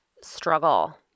struggle